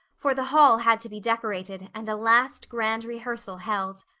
for the hall had to be decorated and a last grand rehearsal held.